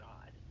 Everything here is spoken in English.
God